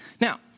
Now